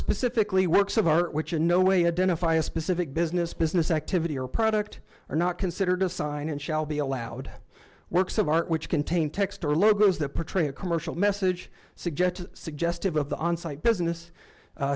specifically works of art which in no way a den if i a specific business business activity or product are not considered a sign and shall be allowed works of art which contain text or logos that portray a commercial message subject suggestive of the on site business